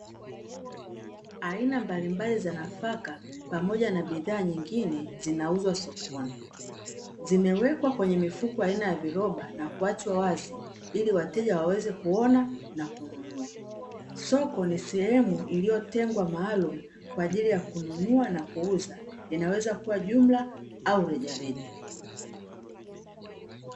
Aina mbalimbali za nafaka pamoja na bidhaa nyingine zinauzwa sokoni, zimewekwa kwenye mifuko aina ya viroba na kuachwa wazi ili wateja waweze kuona na kununua. Soko ni sehemu iliyotengwa maalumu kwa ajili ya kununua na kuuza, inaweza kuwa jumla au rejareja.